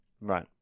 Right